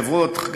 החברות,